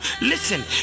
Listen